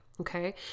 okay